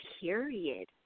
period